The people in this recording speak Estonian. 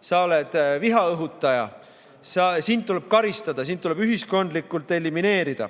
sa oled vihaõhutaja, sind tuleb karistada, sind tuleb ühiskondlikult elimineerida.